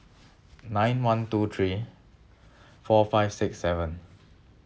nine one two three four five six seven